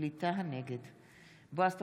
בועז טופורובסקי,